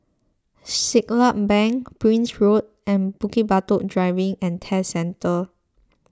Siglap Bank Prince Road and Bukit Batok Driving and Test Centre